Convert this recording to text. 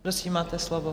Prosím, máte slovo.